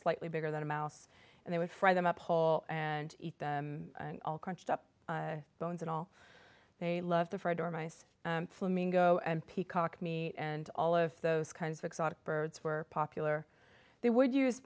slightly bigger than a mouse and they would fry them up whole and eat them all crunched up bones and all they love the fried or mice flamingo and peacock me and all of those kinds of exotic birds were popular they would use